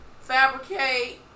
Fabricate